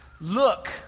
Look